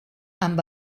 amb